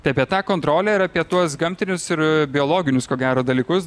tai apie tą kontrolę ir apie tuos gamtinius ir biologinius ko gero dalykus